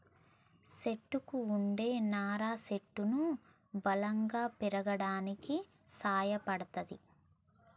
చెట్టుకు వుండే నారా చెట్టును బలంగా పెరగడానికి సాయపడ్తది